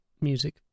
music